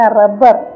rubber